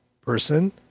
person